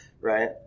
right